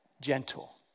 gentle